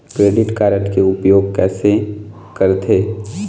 Credit card के उपयोग कैसे करथे?